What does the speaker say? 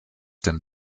dem